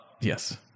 yes